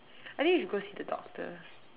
I think you should go see the doctor